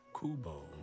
Kubo